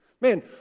Man